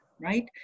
right